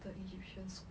the egyptians